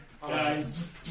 Guys